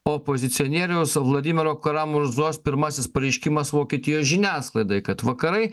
opozicionieriaus vladimiro kara murzos pirmasis pareiškimas vokietijos žiniasklaidai kad vakarai